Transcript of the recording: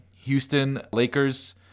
Houston-Lakers